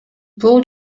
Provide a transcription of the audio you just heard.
бул